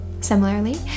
similarly